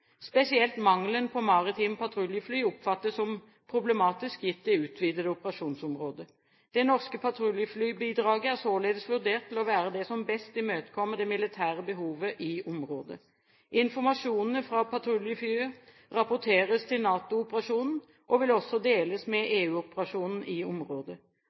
Spesielt mangelen på maritime patruljefly oppfattes som problematisk gitt det utvidede operasjonsområdet. Det norske patruljeflybidraget er således vurdert til å være det som best imøtekommer det militære behovet i området. Informasjonene fra patruljeflyet rapporteres til NATO-operasjonen, og vil også deles med EU-operasjonen i området.